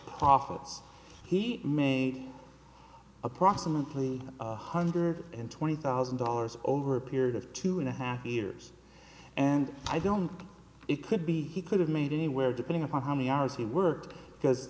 profits he made approximately one hundred and twenty thousand dollars over a period of two and a half years and i don't know it could be he could have made anywhere depending upon how many hours he worked because